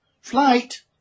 Flight